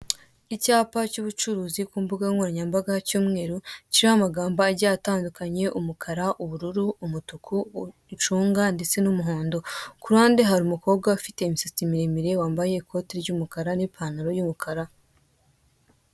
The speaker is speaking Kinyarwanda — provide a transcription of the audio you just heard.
Icyapa cy'ubucuruzi kumbugankoranyambaga cy'umweru kiriho amagambo agiye atandukanye umukara, ubururu, umutuku, icunga ndetse numuhondo, kuruhande hari umukobwa ufite imisatsi miremire wambaye ikote ry'umukara nipantaro y'umukara.